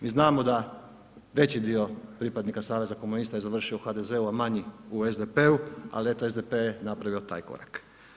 Mi znamo da veći dio pripadnika Saveza komunista je završio u HDZ-u a manji u SDP-u ali eto, SDP je napravio taj korak.